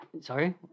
Sorry